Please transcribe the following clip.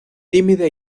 tímida